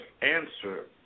answer